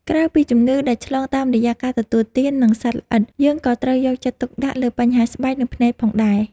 ក្រៅពីជំងឺដែលឆ្លងតាមរយៈការទទួលទាន និងសត្វល្អិត យើងក៏ត្រូវយកចិត្តទុកដាក់លើបញ្ហាស្បែក និងភ្នែកផងដែរ។